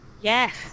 Yes